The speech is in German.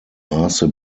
maße